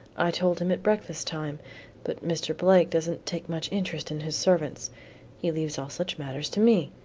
i told him at breakfast time but mr. blake doesn't take much interest in his servants he leaves all such matters to me.